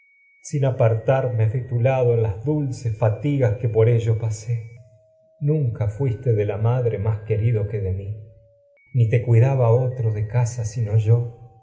sin apartarme de tu lado en las dulces fatigas que por ello que pasé nunca fuiste de la madre más querido ni te de mí te un cuidaba otro de casa sino yo